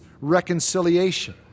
reconciliation